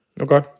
Okay